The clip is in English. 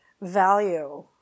value